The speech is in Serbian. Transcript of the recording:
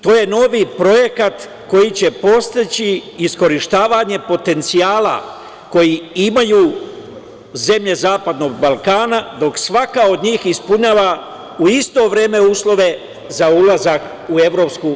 To je novi projekat koji će podstaći iskorišćavanje potencijala koji imaju zemlje zapadnog Balkana, dok svaka od njih ispunjava u isto vreme uslove za ulazak u EU.